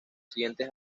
siguientes